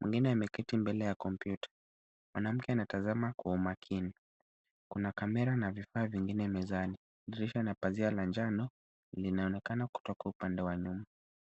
Mwingine ameketi mbele ya kompyuta . Mwanamke anatazama kwa umakini. Kuna kamera na vifaa vingine mezani. Dirisha na pazia la njano linaonekana kutoka upande wa nyuma.